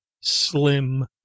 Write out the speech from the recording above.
slim